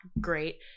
great